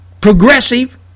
progressive